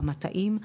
במטעים,